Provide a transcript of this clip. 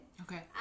Okay